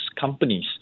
companies